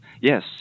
Yes